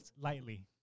Lightly